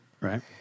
right